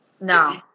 No